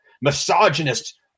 Misogynist